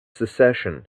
secession